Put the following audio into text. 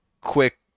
quick